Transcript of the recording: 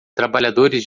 trabalhadores